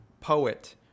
poet